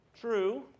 True